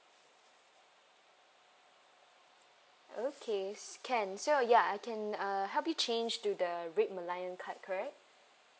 okay can so ya I can uh help you change to the red malayan card correct